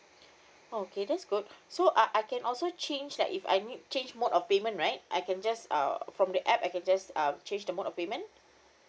okay that's good so uh I can also change that if I need change mode of payment right I can just uh from the app I can just uh change the mode of payment